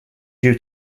due